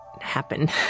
happen